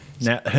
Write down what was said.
now